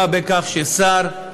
זה לא עניין של מה בכך ששר,